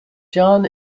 john